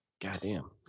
Goddamn